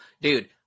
Dude